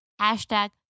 Hashtag